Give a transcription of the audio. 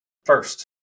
First